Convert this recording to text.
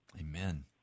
Amen